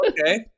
okay